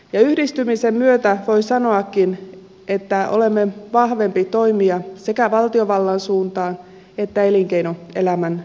yhdistymisen myötä voi sanoakin että olemme vahvempi toimija sekä valtiovallan suuntaan että elinkeinoelämän suuntaan